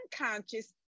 unconscious